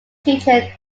children